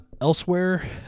elsewhere